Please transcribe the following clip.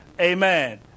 Amen